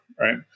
right